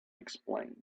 explained